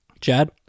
Chad